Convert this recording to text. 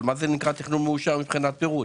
אבל מה זה תכנון מאושר מבחינת פירוט?